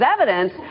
evidence